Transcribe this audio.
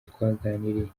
twaganiriye